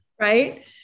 Right